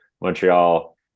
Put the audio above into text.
montreal